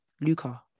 Luca